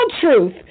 truth